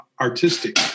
artistic